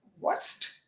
worst